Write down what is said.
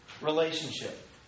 relationship